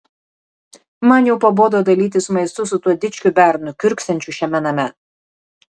man jau pabodo dalytis maistu su tuo dičkiu bernu kiurksančiu šiame name